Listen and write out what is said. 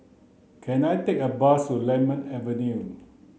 can I take a bus to Lemon Avenue